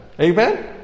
Amen